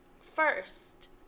First